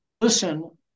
listen